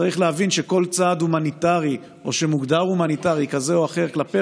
צריך להבין שכל צעד הומניטרי או צעד שמוגדר הומניטרי כזה או אחר כלפי